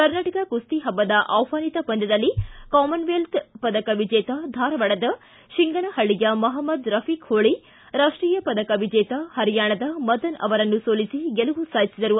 ಕರ್ನಾಟಕ ಕುಸ್ತಿ ಹಬ್ಬದ ಆಹ್ವಾನಿತ ಪಂದ್ಯದಲ್ಲಿ ಕಾಮನ್ ವೆಲ್ತ್ ಪದಕ ವಿಜೇತ ಧಾರವಾಡದ ಶಿಂಗನಹಳ್ಳಯ ಮಹ್ಕದ್ ರಫೀಕ್ ಹೊಳಿ ರಾಷ್ಟೀಯ ಪದಕ ವಿಜೇತ ಹರಿಯಾಣದ ಮದನ್ ಅವರನ್ನು ಸೋಲಿಸಿ ಗೆಲುವು ಸಾಧಿಸಿದರು